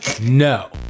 No